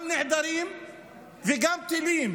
גם נעדרים וגם טילים